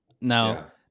Now